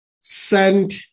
sent